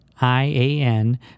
I-A-N